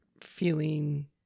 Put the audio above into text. feeling